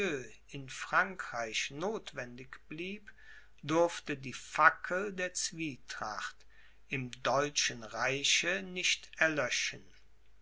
in frankreich nothwendig blieb durfte die fackel der zwietracht im deutschen reiche nicht erlöschen